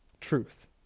truth